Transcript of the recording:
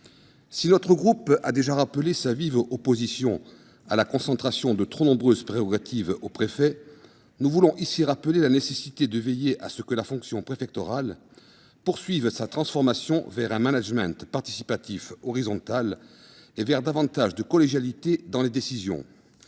Si notre groupe a déjà rappelé sa vive opposition à la concentration de trop nombreuses prérogatives dans les mains des préfets, nous voulons ici rappeler la nécessité de veiller à ce que la fonction préfectorale poursuive sa transformation vers un management participatif horizontal, vers davantage de collégialité dans les décisions